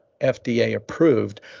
FDA-approved